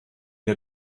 der